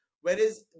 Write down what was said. whereas